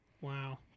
Wow